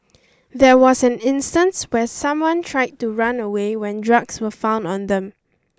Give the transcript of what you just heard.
there was an instance where someone tried to run away when drugs were found on them